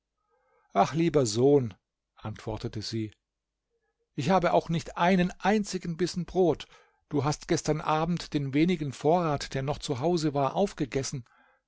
ach lieber sohn antwortete sie ich habe auch nicht einen einzigen bissen brot du hast gestern abend den wenigen vorrat der noch zu hause war aufgegessen